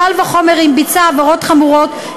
קל וחומר אם ביצע עבירות חמורות,